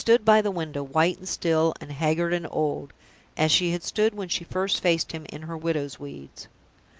she stood by the window, white and still, and haggard and old as she had stood when she first faced him in her widow's weeds.